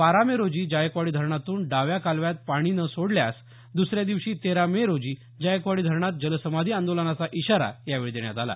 बारा मे रोजी जायकवाडी धरणातून डाव्या कालव्यात पाणी न सोडल्यास तेरा मे रोजी जायकवाडी धरणात जलसमाधी आंदोलनाचा इशारा यावेळी देण्यात आला